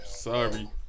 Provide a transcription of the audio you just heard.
Sorry